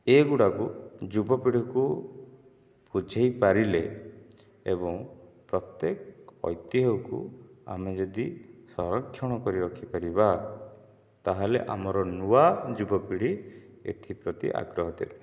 ଏ ଗୁଡ଼ାକୁ ଯୁବପିଢ଼ୀଙ୍କୁ ବୁଝାଇ ପାରିଲେ ଏବଂ ପ୍ରତ୍ୟେକ ଐତିହ୍ୟକୁ ଆମେ ଯଦି ସଂରକ୍ଷଣ କରି ରଖିପାରିବା ତାହେଲେ ଆମର ନୂଆ ଯୁବପିଢ଼ୀ ଏଥିପ୍ରତି ଆଗ୍ରହ ଦେବେ